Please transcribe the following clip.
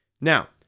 Now